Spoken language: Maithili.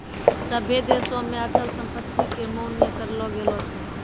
सभ्भे देशो मे अचल संपत्ति के मान्य करलो गेलो छै